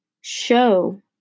show